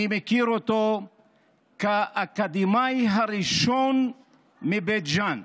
אני מכיר אותו כאקדמאי הראשון מבית ג'ן,